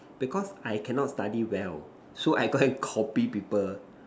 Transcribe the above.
because I cannot study well so I go and copy people